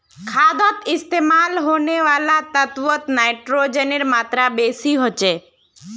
खादोत इस्तेमाल होने वाला तत्वोत नाइट्रोजनेर मात्रा बेसी होचे